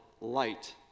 light